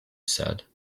said